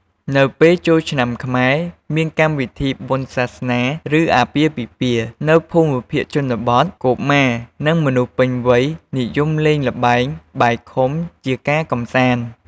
នៅពេលចូលឆ្នាំខ្មែរមានកម្មវិធីបុណ្យសាសនា ឬអាពាហ៍ពិពាហ៍ នៅភូមិភាគជនបទ កុមារនិងមនុស្សពេញវ័យនិយមលេងល្បែងបាយខុំជាការកម្សាន្ត។